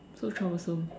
so troublesome